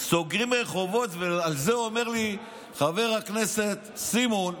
סוגרים רחובות, ועל זה אומר לי חבר הכנסת סימון: